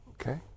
Okay